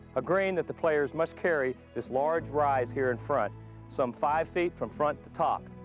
a green that the players must carry this large rise here in front some five feet from front to top.